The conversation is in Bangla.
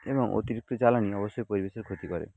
এবং অতিরিক্ত জ্বালানি অবশ্যই পরিবেশের ক্ষতি করে